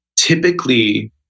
typically